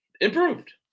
improved